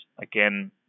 again